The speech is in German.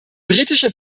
britische